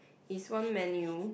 is one menu